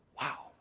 Wow